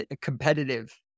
competitive